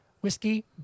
Whiskey